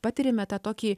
patiriame tą tokį